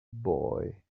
boy